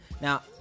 Now